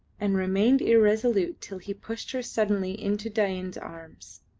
and remained irresolute till he pushed her suddenly into dain's arms.